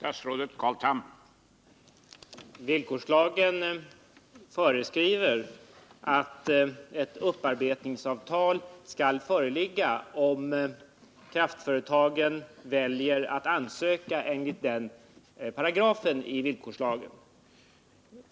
Herr talman! Villkorslagen föreskriver att ett upparbetningsavtal skall föreligga, om kraftföretagen väljer att ansöka enligt den paragrafen i villkorslagen.